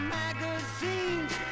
magazines